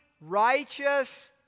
righteous